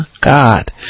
God